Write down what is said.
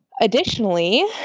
Additionally